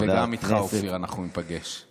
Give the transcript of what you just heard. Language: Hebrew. אופיר, אנחנו ניפגש.